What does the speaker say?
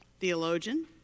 theologian